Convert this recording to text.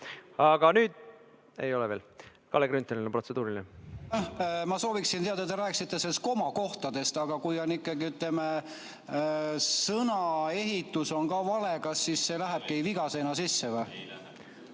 Aga nüüd ... Ei ole veel. Kalle Grünthalil on protseduuriline. Ma sooviksin teada. Te rääkisite komakohtadest. Aga kui on ikkagi, ütleme, sõnaehitus ka vale, kas see lähebki vigasena sisse?